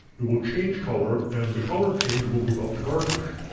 it will change color and the color change will move up the cartridge.